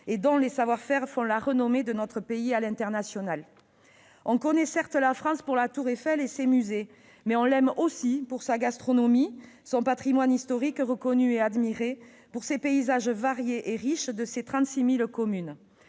et dont les savoir-faire font la renommée internationale de notre pays. On connaît certes la France pour la tour Eiffel et ses musées, mais on l'aime aussi pour sa gastronomie, son patrimoine historique reconnu et admiré, pour les paysages variés et riches de ses 36 000 communes.